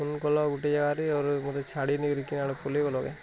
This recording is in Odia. ପିନ୍ କଲ ଗୋଟେ ଜାଗାରେ ଆରୁ ମୋତେ ଛାଡ଼ି ନେଇ କିରି କିଅଣ ପଲେଇ ଗଲ କେ